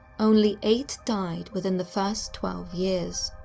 only eight died within the first twelve years,